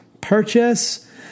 purchase